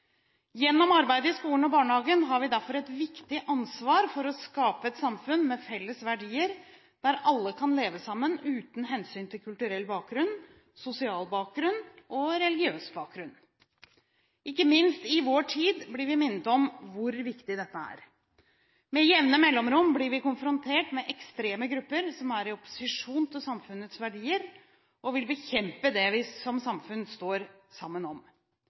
Gjennom arbeidet i skolen og barnehagen har vi derfor et viktig ansvar for å skape et samfunn med felles verdier, der alle kan leve sammen uten hensyn til kulturell bakgrunn, sosial bakgrunn og religiøs bakgrunn. Ikke minst i vår tid blir vi minnet om hvor viktig dette er. Med jevne mellomrom blir vi konfrontert med ekstreme grupper som er i opposisjon til samfunnets verdier og vil bekjempe det vi som samfunn står sammen om.